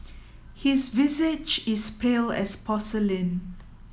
his visage is pale as porcelain